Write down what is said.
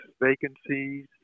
vacancies